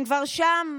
הם כבר שם,